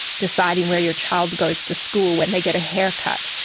deciding where your child goes to school, when they get a haircut.